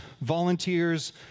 volunteers